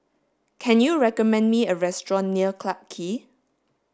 can you recommend me a restaurant near Clarke Quay